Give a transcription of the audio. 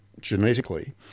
genetically